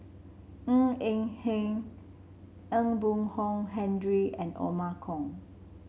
Ng Eng Hen Ee Boon Kong Henry and Othman Kong